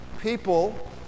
people